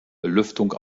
belüftung